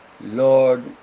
Lord